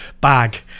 bag